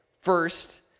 First